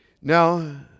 Now